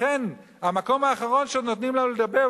המקום האחרון שעוד נותנים לנו לדבר,